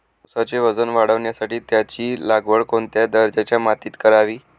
ऊसाचे वजन वाढवण्यासाठी त्याची लागवड कोणत्या दर्जाच्या मातीत करावी?